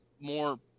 more